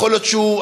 יכול להיות שהוא,